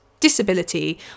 disability